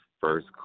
first